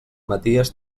maties